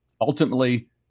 Ultimately